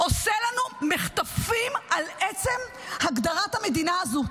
עושה לנו מחטפים על עצם הגדרת המדינה הזאת.